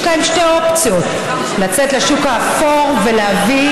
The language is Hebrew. יש להם שתי אופציות: לצאת לשוק האפור ולהביא